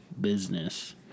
business